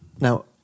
Now